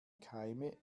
keime